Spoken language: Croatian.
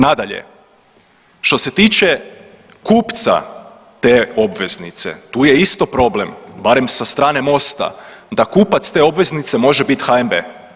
Nadalje, što se tiče kupca te obveznice tu je isto problem, barem sa strane Mosta da kupac te obveznice može biti HNB.